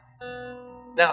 Now